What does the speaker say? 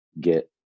get